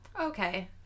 Okay